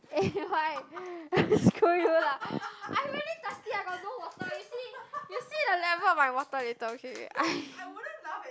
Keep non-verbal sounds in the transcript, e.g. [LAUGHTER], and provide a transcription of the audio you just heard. eh [LAUGHS] why screw you lah I'm really thirsty I got no water you see you see the level of my water later okay I